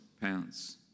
pounds